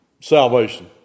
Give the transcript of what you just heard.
salvation